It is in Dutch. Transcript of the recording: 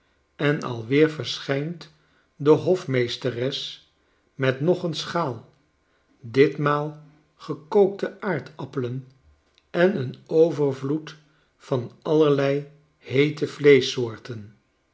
en alweer verschijnt de hofmeesteres met nog een schaal ditmaal gekookte aardappelen en een overvloed van allerlei heete vleeschsoorten